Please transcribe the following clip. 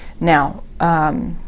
now